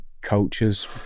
cultures